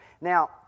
Now